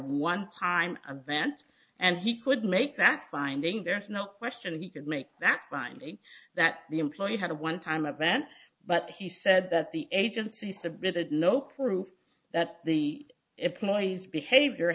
one time event and he could make that finding there is no question he could make that finding that the employee had a one time event but he said that the agency submitted no proof that the employee's behavior